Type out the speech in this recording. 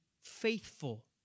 faithful